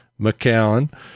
McAllen